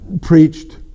preached